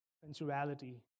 sensuality